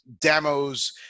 demos